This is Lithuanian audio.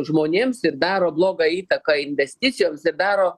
žmonėms ir daro blogą įtaką investicijoms ir daro